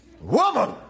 Woman